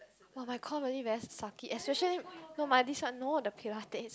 !wah! my comp really very sucky especially no my this one no the pilates